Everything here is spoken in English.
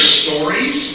stories